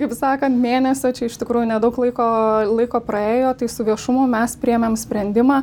kaip sakant mėnesio čia iš tikrųjų nedaug laiko laiko praėjo tai su viešumu mes priėmėm sprendimą